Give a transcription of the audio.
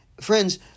Friends